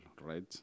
right